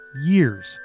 years